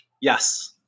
Yes